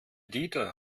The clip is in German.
dieter